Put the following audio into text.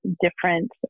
different